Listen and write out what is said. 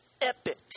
epic